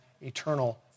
eternal